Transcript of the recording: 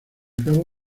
cabo